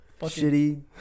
shitty